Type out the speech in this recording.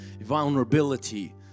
vulnerability